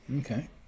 Okay